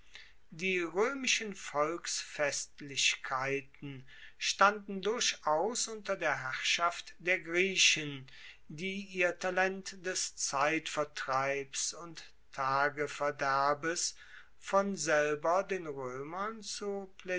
die roemischen volksfestlichkeiten standen durchaus unter der herrschaft der griechen die ihr talent des zeitvertreibs und tageverderbes von selber den roemern zu